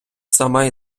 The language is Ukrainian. сама